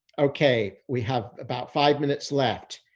okay. we have about five minutes left.